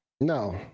No